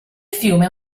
fiume